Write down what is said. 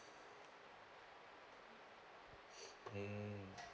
mm